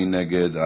מי נגד?